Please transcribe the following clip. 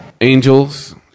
Angels